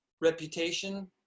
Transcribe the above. reputation